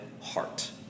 heart